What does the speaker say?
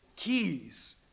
Keys